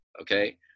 Okay